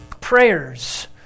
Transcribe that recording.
Prayers